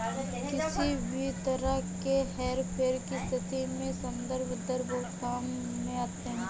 किसी भी तरह के हेरफेर की स्थिति में संदर्भ दर बहुत काम में आती है